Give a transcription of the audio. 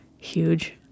huge